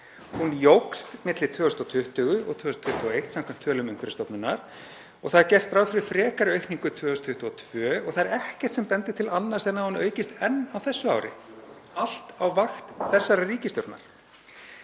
Hún jókst milli 2020 og 2021 samkvæmt tölum Umhverfisstofnunar og gert er ráð fyrir frekari aukningu 2022. Og það er ekkert sem bendir til annars en að hún aukist enn á þessu ári, allt á vakt þessarar ríkisstjórnar.